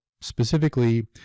specifically